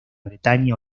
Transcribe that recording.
bretaña